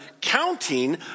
counting